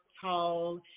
tall